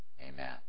Amen